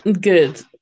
Good